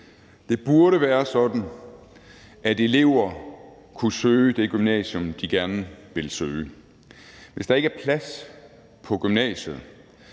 Det burde være sådan, at elever kunne søge det gymnasium, de gerne vil søge, og hvis der ikke er plads på gymnasiet,